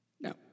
no